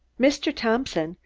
mr. thompson,